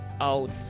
out